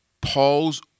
Paul's